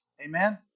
Amen